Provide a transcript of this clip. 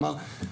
כלומר,